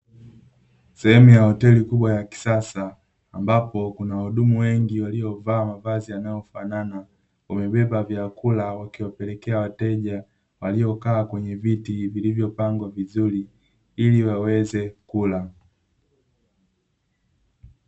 Sehemu ya hoteli kubwa ya kisasa, ambapo kuna wahudumu wengi waliovaa mavazi yanayofanana, wamebeba vyakula wakiwapelekea wateja waliokaa kwenye viti vilivyopangwa vizuri ili waweze kula.